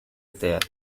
teatro